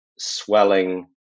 swelling